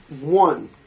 One